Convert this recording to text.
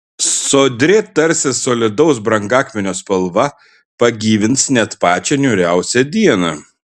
sodri tarsi solidaus brangakmenio spalva pagyvins net pačią niūriausią dieną